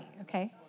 okay